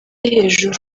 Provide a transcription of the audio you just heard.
hejuru